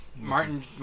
Martin